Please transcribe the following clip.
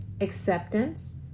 acceptance